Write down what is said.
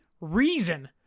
reason